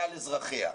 כלל אזרחיה.